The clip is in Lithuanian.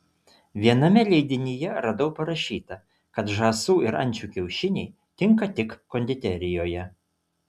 viename leidinyje radau parašyta kad žąsų ir ančių kiaušiniai tinka tik konditerijoje